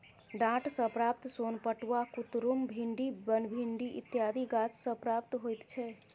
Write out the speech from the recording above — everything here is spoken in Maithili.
डांट सॅ प्राप्त सोन पटुआ, कुतरुम, भिंडी, बनभिंडी इत्यादि गाछ सॅ प्राप्त होइत छै